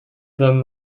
them